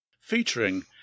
Featuring